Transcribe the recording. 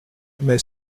mais